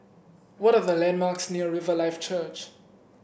what are the landmarks near Riverlife Church